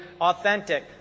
authentic